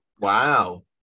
Wow